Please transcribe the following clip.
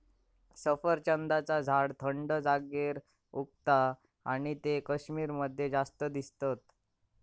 सफरचंदाचा झाड थंड जागेर उगता आणि ते कश्मीर मध्ये जास्त दिसतत